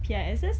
P I S S